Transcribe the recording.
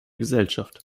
gesellschaft